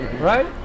Right